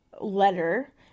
letter